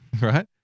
right